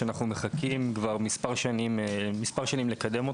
ואנו מחכים מספר שנים לקדמו.